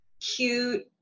cute